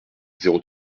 zéro